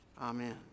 Amen